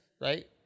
right